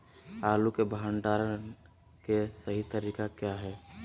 आलू के भंडारण के सही तरीका क्या है?